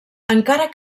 encara